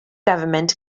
government